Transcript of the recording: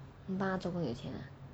你帮他作工有钱啊